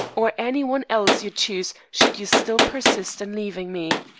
or any one else you choose, should you still persist in leaving me.